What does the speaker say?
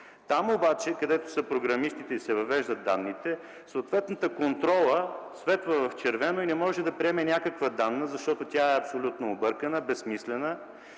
Там обаче, където са програмистите и се въвеждат данните, съответната контрола светва в червено и не може да приеме някаква данна, защото тя е абсолютно объркана, безсмислена.